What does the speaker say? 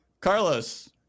Carlos